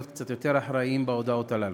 להיות קצת יותר אחראיים בהודעות הללו.